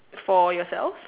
for yourself